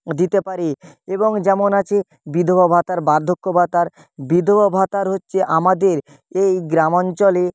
দিতে পারি এবং যেমন আছে বিধবা ভাতা বার্ধক্য ভাতা বিধবা ভাতা হচ্ছে আমাদের এই গ্রামাঞ্চলে